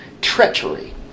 treachery